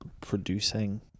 producing